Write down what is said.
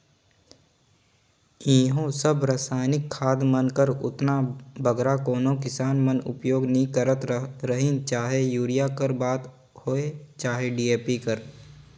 इहों सब रसइनिक खाद मन कर ओतना बगरा कोनो किसान मन उपियोग नी करत रहिन चहे यूरिया कर बात होए चहे डी.ए.पी कर